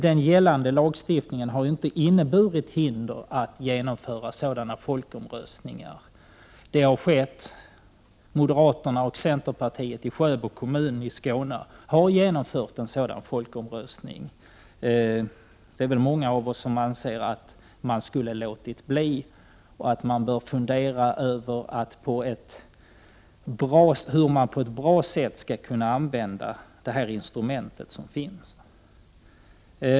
Den gällande lagstiftningen har inte inneburit hinder att genomföra sådana folkomröstningar. Detta har skett. Moderaterna och centerpartiet i Sjöbo kommun i Skåne har genomfört en sådan folkomröstning. Det är väl många av oss som anser att man skulle ha låtit bli det och att man bör fundera över hur man på ett bra sätt skall kunna använda detta instrument.